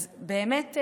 באמת,